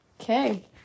Okay